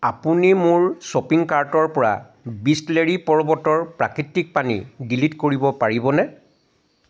আপুনি মোৰ শ্বপিং কাৰ্টৰ পৰা বিচলেৰী পৰ্বতৰ প্ৰাকৃতিক পানী ডিলিট কৰিব পাৰিবনে